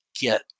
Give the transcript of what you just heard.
get